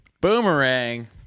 Boomerang